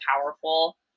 powerful